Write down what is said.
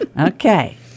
Okay